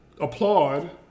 applaud